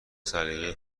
سلیقه